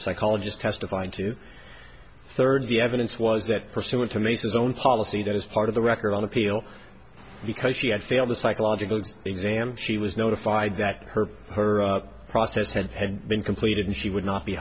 psychologist testified to third the evidence was that pursuant to mesa's own policy that as part of the record on appeal because she had failed the psychological exam she was notified that her her process had been completed and she would not be